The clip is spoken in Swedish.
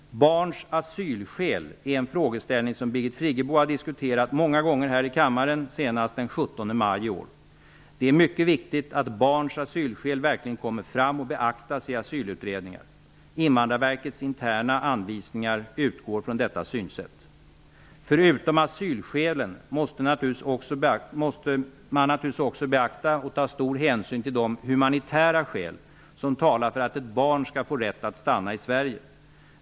Barns asylskäl är en frågeställning som Birgit Friggebo har diskuterat många gånger här i kammaren, senast den 17 maj i år. Det är mycket viktigt att barns asylskäl verkligen kommer fram och beaktas i asylutredningar. Invandrarverkets interna anvisningar utgår från detta synsätt. Förutom asylskälen måte man naturligtvis också beakta och ta stor hänsyn till de humanitära skäl som talar för att ett barn skall få rätt att stanna i Sverige.